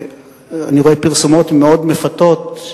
ואני רואה פרסומות מאוד מפתות,